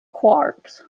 quarks